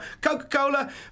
Coca-Cola